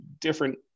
different